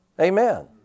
Amen